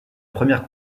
première